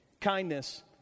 Kindness